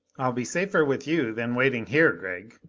i'll be safer with you than waiting here, gregg.